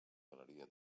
galeria